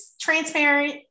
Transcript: transparent